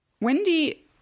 Wendy